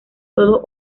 todo